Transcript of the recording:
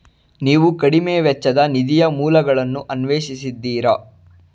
ನೀವು ಕಡಿಮೆ ವೆಚ್ಚದ ನಿಧಿಯ ಮೂಲಗಳನ್ನು ಅನ್ವೇಷಿಸಿದ್ದೀರಾ?